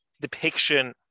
depiction